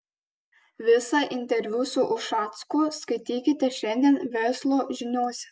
visą interviu su ušacku skaitykite šiandien verslo žiniose